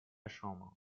chambre